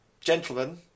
Gentlemen